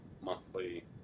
monthly